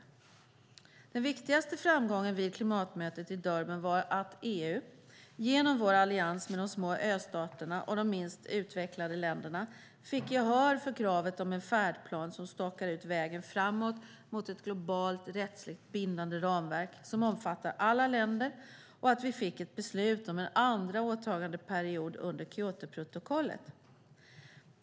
Den viktigaste framgången vid klimatmötet i Durban var att EU, genom vår allians med de små östaterna och de minst utvecklade länderna, fick gehör för kravet om en färdplan som stakar ut vägen framåt mot ett globalt rättsligt bindande ramverk som omfattar alla länder och att vi fick ett beslut om en andra åtagandeperiod under Kyotoprotokollet.